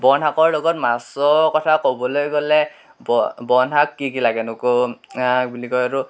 বনশাকৰ লগত মাছৰ কথা ক'বলৈ গ'লে ব বনশাক কি কি লাগেনো কি বুলি কয় এইটো